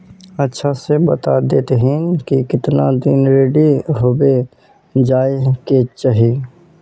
अच्छा से बता देतहिन की कीतना दिन रेडी होबे जाय के चही?